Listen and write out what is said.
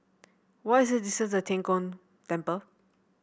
what is the distance to Tian Kong Temple